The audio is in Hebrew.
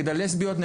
הלסביות,